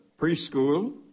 Preschool